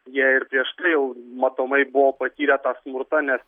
jie ir prieš tai jau matomai buvo patyrę tą smurtą nes